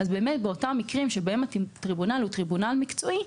באותם מקרים בהם הטריבונל הוא מקצועי,